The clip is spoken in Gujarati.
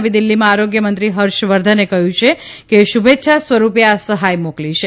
નવી દિલ્ફીમાં આરોગ્યમંત્રી હર્ષવર્ધને કહ્યું કે શુભેચ્છા સ્વરૂપે આ સહાય મોકલી છે